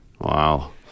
Wow